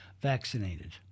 vaccinated